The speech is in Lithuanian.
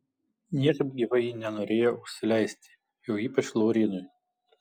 niekaip gyvai ji nenorėjo užsileisti jau ypač laurynui